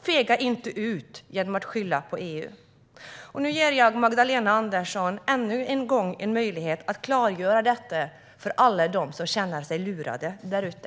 Fega inte ur genom att skylla på EU! Nu ger jag finansminister Magdalena Andersson ännu en möjlighet att klargöra detta för alla som känner sig lurade.